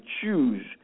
choose